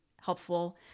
helpful